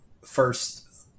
first